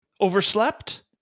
Overslept